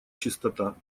чистота